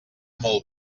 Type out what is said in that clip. molt